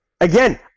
Again